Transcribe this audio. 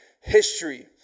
history